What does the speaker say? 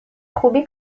خوبی